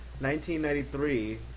1993